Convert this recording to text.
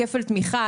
כפל תמיכה,